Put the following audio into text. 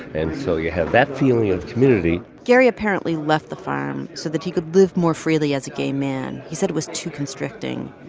and so you have that feeling of community gary apparently left the farm so that he could live more freely as a gay man. he said it was too constricting.